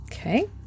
Okay